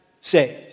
saved